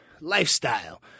lifestyle